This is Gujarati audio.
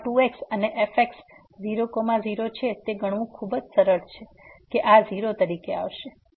તો આ 2x અને fx00 છે તે ગણવું ખૂબ જ સરળ છે કે આ 0 તરીકે આવશે